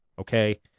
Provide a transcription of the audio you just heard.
Okay